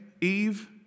Eve